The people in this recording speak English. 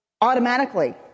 automatically